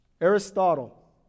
Aristotle